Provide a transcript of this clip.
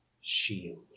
shield